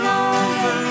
over